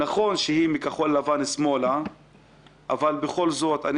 נכון שהיא מכחול לבן ושמאלה, אבל בכל זאת אני